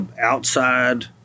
outside